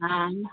हाँ